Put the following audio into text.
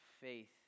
faith